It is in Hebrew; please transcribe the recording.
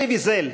אלי ויזל,